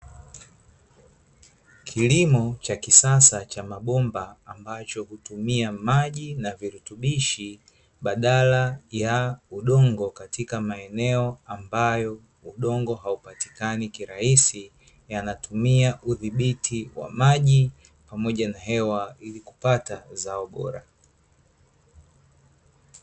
Kilimo cha kisasa cha mabomba ambacho hutumia maji na virutubisho badala ya udongo, katika maeneo ambayo udongo haupatikani kirahisi yanatumia udhibiti wa maji pamoja na hewa ili kupata zao bora.